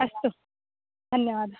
अस्तु धन्यवादः